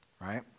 right